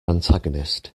antagonist